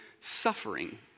suffering